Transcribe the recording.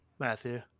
Matthew